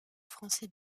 français